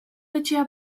etxea